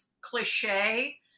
cliche